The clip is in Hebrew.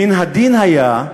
שמן הדין היה,